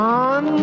on